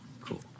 Cool